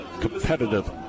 competitive